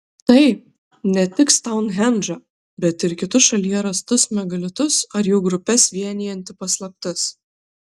tai ne tik stounhendžą bet ir kitus šalyje rastus megalitus ar jų grupes vienijanti paslaptis